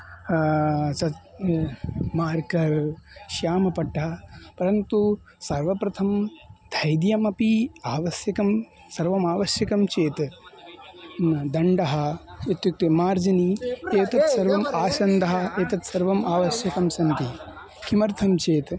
सस् marker श्यामपट्टः परन्तु सर्वप्रथमं धैर्यमपि आवश्यकं सर्वम् आवश्यकं चेत् दण्डः इत्युक्ते मार्जनी एतत् सर्वम् आसन्दः एतत् सर्वम् आवश्यकं सन्ति किमर्थं चेत्